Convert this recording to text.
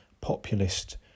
populist